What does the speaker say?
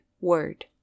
word